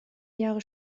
jahre